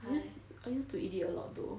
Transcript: I used to eat it a lot though